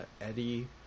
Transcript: Eddie